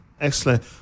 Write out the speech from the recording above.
excellent